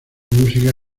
música